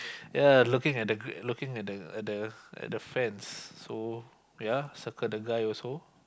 yea looking at the looking at the at the at the fans so yea circle the guy also